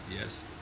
yes